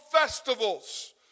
festivals